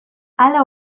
hala